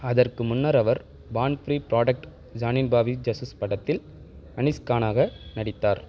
அதற்கு முன்னர் அவர் பான் ஃப்ரீ ப்ராடெக் ஜனின் பாபி ஜஸஸ் படத்தில் அனீஸ் கானாக நடித்தார்